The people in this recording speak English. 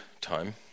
time